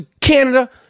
Canada